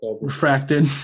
refracted